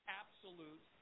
absolute